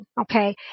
okay